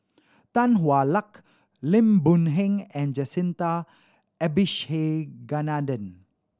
Tan Hwa Luck Lim Boon Heng and Jacintha Abisheganaden